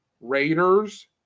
Raiders